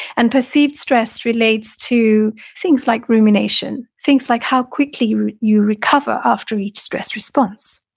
and perceived stress relates to things like rumination, things like how quickly you you recover after each stress response.